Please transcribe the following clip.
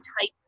type